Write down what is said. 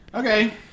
okay